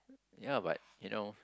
ya but you know